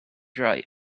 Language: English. right